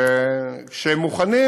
שכשהם מוכנים,